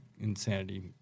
insanity